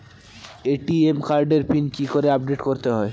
ATM কার্ডের PIN কি করে আপডেট করতে হয়?